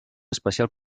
especial